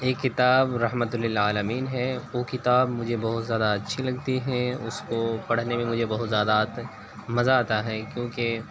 ایک کتاب رحمتہ للعالمین ہے وہ کتاب مجھے بہت زیادہ اچھی لگتی ہے اس کو پڑھنے میں مجھے بہت زیادہ مزہ آتا ہے کیونکہ